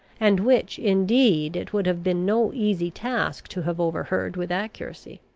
and which indeed it would have been no easy task to have overheard with accuracy.